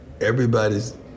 everybody's